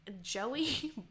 Joey